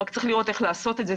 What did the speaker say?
רק צריך לראות איך לעשות את זה,